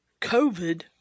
COVID